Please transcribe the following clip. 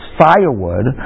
firewood